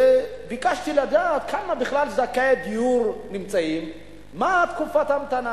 ביקשתי לדעת כמה זכאי דיור נמצאים בכלל ומה תקופת ההמתנה.